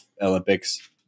Olympics